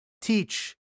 teach